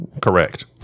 correct